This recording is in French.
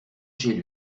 chez